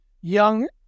young